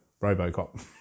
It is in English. Robocop